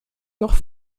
noch